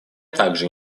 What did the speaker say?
также